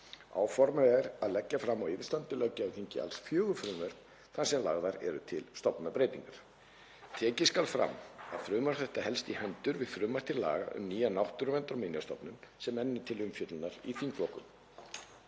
Áformað er að leggja fram á yfirstandandi löggjafarþingi alls fjögur frumvörp þar sem lagðar eru til stofnanabreytingar. Tekið skal fram að frumvarp þetta helst í hendur við frumvarp til laga um nýja Náttúruverndar- og minjastofnun, sem enn er til umfjöllunar í þingflokkum.